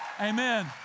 Amen